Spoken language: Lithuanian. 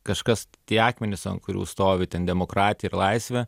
kažkas tie akmenys ant kurių stovi ten demokratija laisvė